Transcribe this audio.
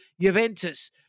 Juventus